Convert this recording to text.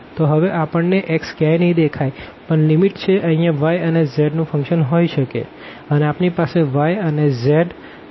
તો હવે આપણને x ક્યાય નહિ દેખાઈ પણ લીમીટ છે અહિયાં y અનેz નું ફંક્શન હોઈ શકે અને આપણી પાસે y અનેz ઇનટીગ્રાંડ માં હશે